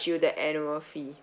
you the annual fee